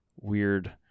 weird